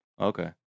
Okay